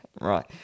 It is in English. right